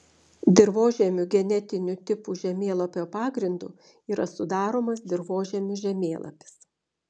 dirvožemių genetinių tipų žemėlapio pagrindu yra sudaromas dirvožemių žemėlapis